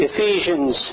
Ephesians